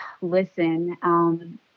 listen